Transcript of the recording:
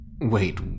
Wait